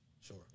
sure